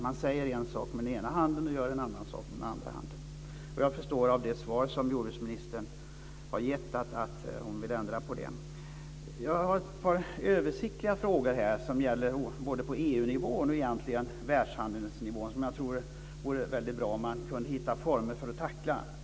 Man gör en sak med den ena handen och en annan sak med andra handen. Jag förstår av det svar som jordbruksministern har lämnat att hon vill ändra på det. Jag har ett par översiktliga frågor som berör både EU-nivå och världshandelsnivå, som jag tror att det vore väldigt bra om man kunde hitta former för att tackla.